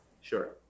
sure